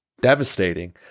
devastating